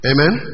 Amen